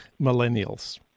millennials